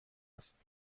هستند